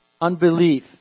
Unbelief